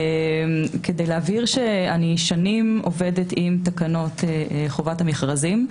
כדי להבהיר שאני שנים עובדת עם תקנות חובת המכרזים,